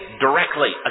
directly